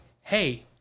hey